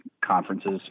conferences